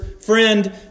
friend